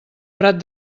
prat